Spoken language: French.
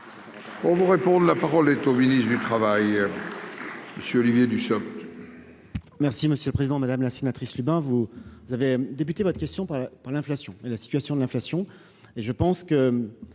On vous réponde, la parole est au ministre du Travail, monsieur Olivier Dussopt.